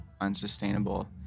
unsustainable